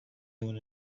duen